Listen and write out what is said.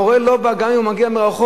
המורה לא בא גם אם הוא מגיע מרחוק.